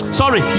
sorry